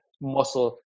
muscle